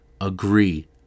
agree